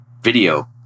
video